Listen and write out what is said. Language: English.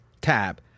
tab